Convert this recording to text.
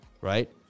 right